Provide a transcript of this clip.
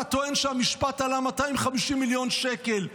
אתה טוען שהמשפט עלה 250 מיליון שקל,